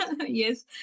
Yes